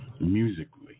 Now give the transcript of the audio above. musically